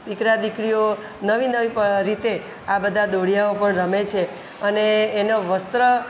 દીકરા દીકરીઓ નવી નવી રીતે આ બધા દોઢિયાઓ પણ રમે છે અને એનો વસ્ત્ર